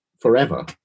forever